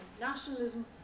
nationalism